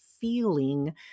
feeling